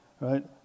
right